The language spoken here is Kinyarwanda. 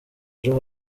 ejo